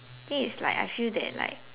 then is like I feel that like